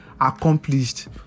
accomplished